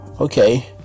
okay